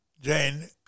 Jane